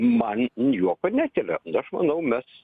man juoko nekelia nu aš manau mes